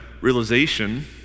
realization